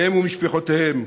הם ומשפחותיהם,